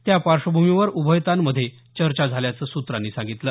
त्या पार्श्वभूमीवर उभयतांमधे चर्चा झाल्याचं सूत्रांनी सांगितलं